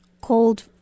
cold